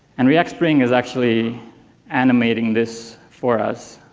and react-spring is actually animating this for us,